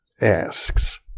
asks